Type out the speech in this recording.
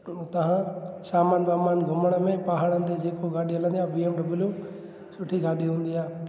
हुतां खां सामान वामान घुमण में पहाड़नि ते जेको गाॾी हलंदी आहे बी एम डब्ल्यू सुठी गाॾी हूंदी आहे